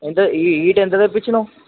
ఎంత ఈ ఈటు ఎంత తెప్పించినావు